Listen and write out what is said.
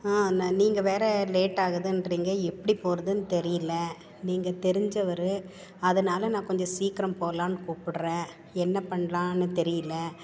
அண்ணா நீங்கள் வேற லேட் ஆகுதுன்றீங்க எப்படி போகிறதுன்னு தெரியிலை நீங்கள் தெரிஞ்சவர் அதனால் நான் கொஞ்சோம் சீக்கிரம் போகலாம்னு கூப்பிட்றேன் என்ன பண்ணலானு தெரியிலை